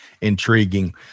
intriguing